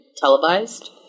Televised